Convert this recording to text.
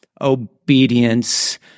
obedience